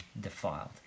defiled